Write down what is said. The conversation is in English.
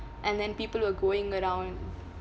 and then people were going around